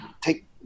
take